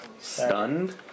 stunned